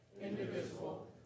indivisible